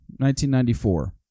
1994